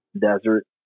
desert